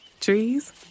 Trees